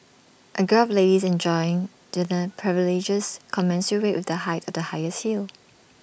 A group of ladies enjoys dining privileges commensurate with the height of the highest heel